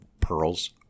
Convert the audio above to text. pearls